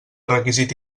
requisit